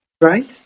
right